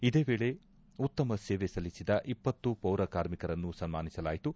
ಇದೇ ವೇಳೆ ಉತ್ತಮ ಸೇವೆ ಸಲ್ಲಿಸಿದ ಇಪ್ಪತ್ತು ಪೌರಕಾರ್ಮಿಕರನ್ನು ಸನ್ಮಾನಿಸಲಾಯಿತು